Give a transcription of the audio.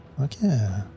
Okay